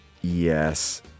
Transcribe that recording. Yes